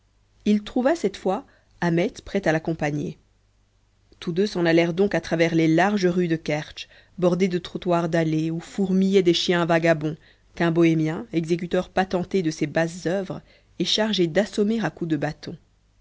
il trouva cette fois ahmet prêt à l'accompagner tous deux s'en allèrent donc à travers les larges rues de kertsch bordées de trottoirs dallés où fourmillaient des chiens vagabonds qu'un bohémien exécuteur patenté de ces basses oeuvres est chargé d'assommer à coups de bâton